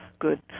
good